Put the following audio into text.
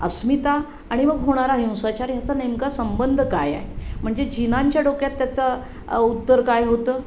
अस्मिता आणि मग होणारा हिंसाचार ह्याचा नेमका संबंध काय आहे म्हणजे जीनांच्या डोक्यात त्याचा उत्तर काय होतं